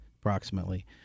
approximately